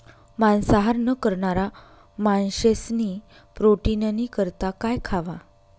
मांसाहार न करणारा माणशेस्नी प्रोटीननी करता काय खावा